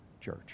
church